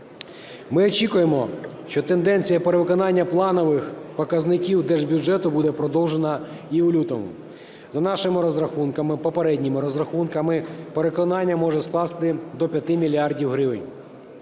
Ми очікуємо, що тенденція перевиконання планових показників держбюджету буде продовжена і в лютому. За нашими розрахунками, попередніми розрахунками, перевиконання може скласти до 5 мільярдів